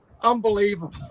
Unbelievable